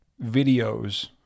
videos